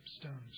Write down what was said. stones